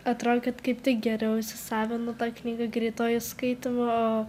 atrodo kad kaip tik geriau įsisavinu tą knygą greituoju skaitymu o